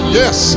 yes